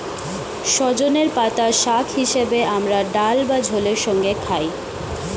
সজনের পাতা শাক হিসেবে আমরা ডাল বা ঝোলের সঙ্গে খাই